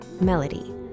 Melody